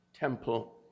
Temple